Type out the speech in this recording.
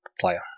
player